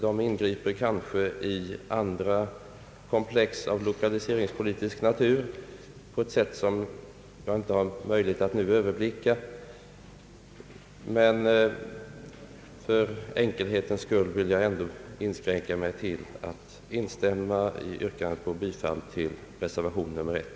De ingriper kanske i andra komplex av lokaliseringspolitisk natur på ett sätt som jag inte har möjlighet att nu överblicka. Men för enkelhetens skull vill jag inskränka mig till att instämma i yrkandet om bifall till reservation nr 1.